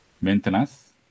maintenance